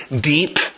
deep